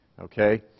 Okay